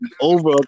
over